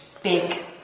Big